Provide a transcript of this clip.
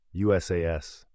USAS